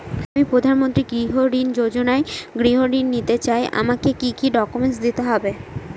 আমি প্রধানমন্ত্রী গৃহ ঋণ যোজনায় গৃহ ঋণ নিতে চাই আমাকে কি কি ডকুমেন্টস দিতে হবে?